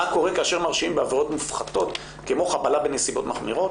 והיא מה קורה כאשר מרשיעים בעבירות מופחתות כמו חבלה בנסיבות מחמירות,